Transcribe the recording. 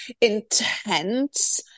intense